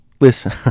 Listen